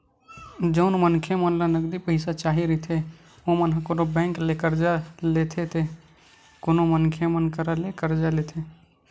जउन मनखे मन ल नगदी पइसा चाही रहिथे ओमन ह कोनो बेंक ले करजा लेथे ते कोनो मनखे मन करा ले करजा लेथे